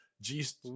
jesus